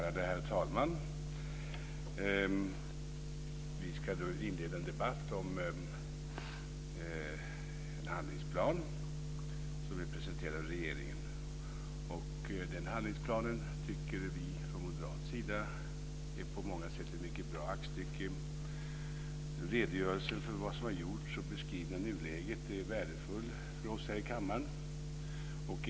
Herr talman! Vi ska inleda en debatt om en handlingsplan från regeringen. Den handlingsplanen tycker vi från moderat sida på många sätt är ett mycket bra aktstycke. Redogörelsen för vad som har gjorts och beskrivningen av nuläget är värdefulla för oss här i kammaren.